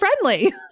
friendly